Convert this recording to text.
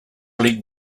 league